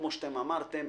כפי שאמרתם,